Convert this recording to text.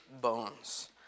bones